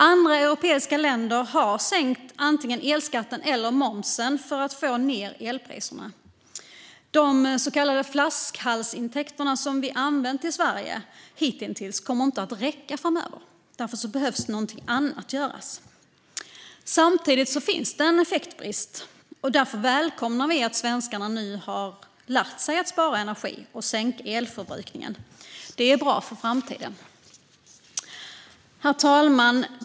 Andra europeiska länder har sänkt antingen elskatten eller momsen för att få ned elpriserna. De så kallade flaskhalsintäkterna, som vi använt i Sverige hitintills, kommer inte att räcka framöver. Därför behöver någonting annat göras. Samtidigt finns det en effektbrist. Därför välkomnar vi att svenskarna nu har lärt sig att spara energi och sänka elförbrukningen. Det är bra för framtiden. Herr talman!